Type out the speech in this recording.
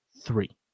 three